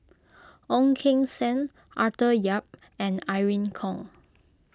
Ong Keng Sen Arthur Yap and Irene Khong